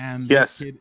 yes